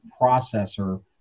processor